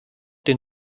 den